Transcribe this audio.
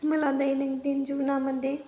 मला दैनंदिन जीवनामध्ये